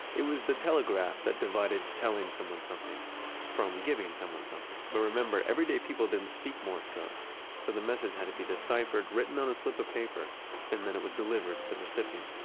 it was the telegraph that divided telling someone something from giving someone something. but remember, everyday people didn't speak morse code so the message had to be deciphered, written on a slip of paper and then it was delivered to the recipient.